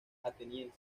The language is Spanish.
ateniense